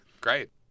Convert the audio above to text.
Great